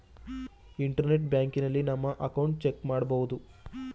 internet ಬ್ಯಾಂಕಿನಲ್ಲಿ ನಮ್ಮ account check ಮಾಡಬಹುದು